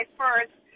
first